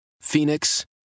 Phoenix